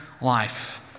life